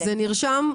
זה נרשם.